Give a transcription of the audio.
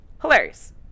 Hilarious